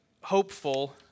hopeful